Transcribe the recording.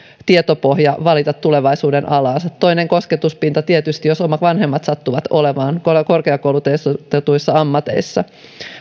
tietopohja valita tulevaisuuden alaansa toinen kosketuspinta on tietysti siinä jos omat vanhemmat sattuvat olemaan korkeakoulutetuissa ammateissa